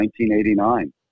1989